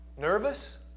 nervous